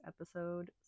episode